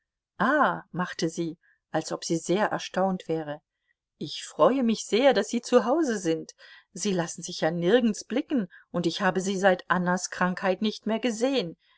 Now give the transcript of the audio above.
machte sie als ob sie sehr erstaunt wäre ich freue mich sehr daß sie zu hause sind sie lassen sich ja nirgends blicken und ich habe sie seit annas krankheit nicht mehr gesehen